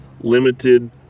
limited